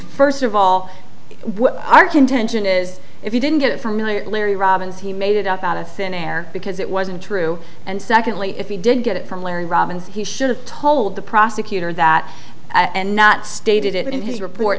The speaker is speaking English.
first of all what our contention is if you didn't get familiar larry robins he made it up out of thin air because it wasn't true and secondly if he didn't get it from larry robbins he should have told the prosecutor that and not stated it in his report